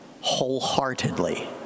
wholeheartedly